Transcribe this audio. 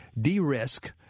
de-risk